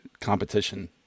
competition